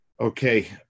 Okay